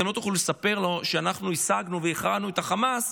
אתם לא תוכלו לספר לו שאנחנו השגנו והכרענו את החמאס